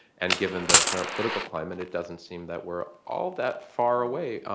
and given the current political climate, it doesn't seem that we're all that far away.